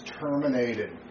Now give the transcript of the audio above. terminated